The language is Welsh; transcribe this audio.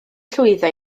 llwyddo